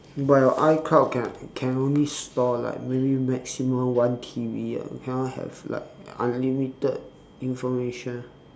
but your icloud can can only store like maybe maximum one T_B ah you cannot only have like unlimited information